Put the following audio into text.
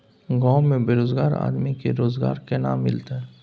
गांव में बेरोजगार आदमी के रोजगार केना मिलते?